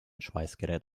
schweißgerät